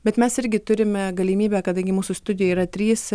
bet mes irgi turim galimybę kadangi mūsų studijoj yra trys